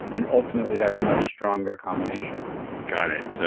and ultimately that's a much stronger combination got it. so